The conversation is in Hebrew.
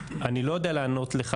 אני לא יודע לענות לך,